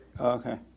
Okay